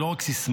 זו לא רק סיסמה.